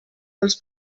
dels